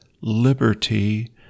liberty